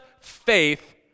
faith